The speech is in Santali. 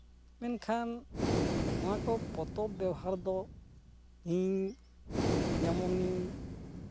ᱢᱮᱱᱠᱷᱟᱱ ᱚᱱᱟᱠᱚ ᱯᱚᱛᱚᱵ ᱵᱮᱣᱦᱟᱨ ᱫᱚ ᱤᱧ ᱡᱮᱢᱚᱱᱤᱧ